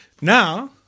Now